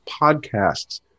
Podcasts